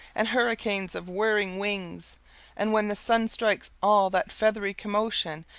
and hurricanes of whirring wings and when the sun strikes all that feathery commotion,